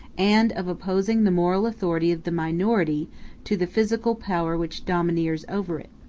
and of opposing the moral authority of the minority to the physical power which domineers over it.